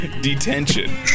detention